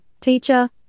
teacher